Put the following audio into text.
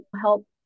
help